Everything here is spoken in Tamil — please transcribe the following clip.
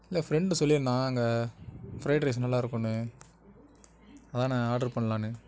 இல்லை ஃப்ரெண்டு சொல்லியிருந்தான் அங்கே ஃப்ரைட் ரைஸ் நல்லாயிருக்குன்னு அதாண்ண ஆர்ட்ரு பண்ணலானு